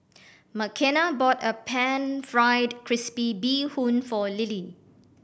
Makena bought a Pan Fried Crispy Bee Hoon for Lilly